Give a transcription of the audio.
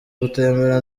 gutembera